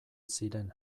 ziren